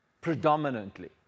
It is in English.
predominantly